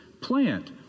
plant